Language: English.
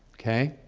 okay.